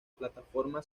plataforma